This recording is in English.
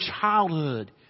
childhood